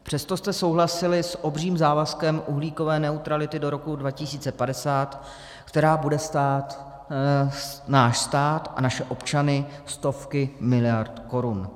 Přesto jste souhlasili s obřím závazkem uhlíkové neutrality do roku 2050, která bude stát náš stát a naše občany stovky miliard korun.